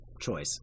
choice